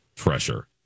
pressure